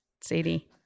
Sadie